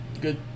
good